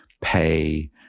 pay